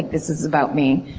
this is about me.